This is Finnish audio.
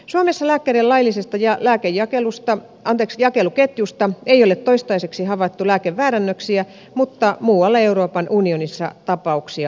suomessa lääkkeiden laillisessa jakeluketjussa ei ole toistaiseksi havaittu lääkeväärennöksiä mutta muualla euroopan unionissa tapauksia on ollut